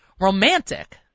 romantic